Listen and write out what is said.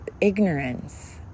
Ignorance